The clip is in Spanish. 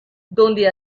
donde